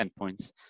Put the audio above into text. endpoints